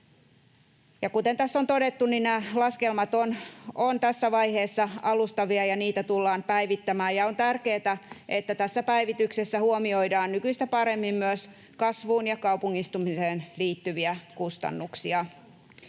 Kuten tässä on todettu, nämä laskelmat ovat tässä vaiheessa alustavia ja niitä tullaan päivittämään, ja on tärkeätä, että tässä päivityksessä huomioidaan nykyistä paremmin myös kasvuun ja kaupungistumiseen liittyviä kustannuksia.